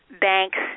banks